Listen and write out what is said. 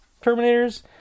Terminators